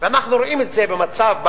ואנחנו רואים את זה במתאם,